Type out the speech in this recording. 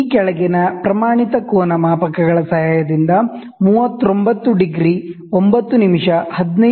ಈ ಕೆಳಗಿನ ಪ್ರಮಾಣಿತ ಕೋನ ಮಾಪಕಗಳ ಸಹಾಯದಿಂದ 39 ° 9' 15 " ಕೋನವನ್ನು ಅಳೆಯಬೇಕು